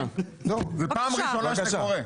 זו פעם ראשונה שזה קורה.